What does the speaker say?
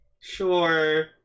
Sure